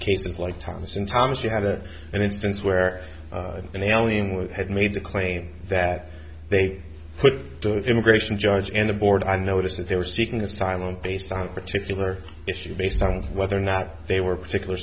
cases like thomas and thomas you had a an instance where in the alley in which had made the claim that they put the immigration judge and the board i notice that they were seeking asylum based on particular issues based on whether or not they were particular